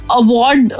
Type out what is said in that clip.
award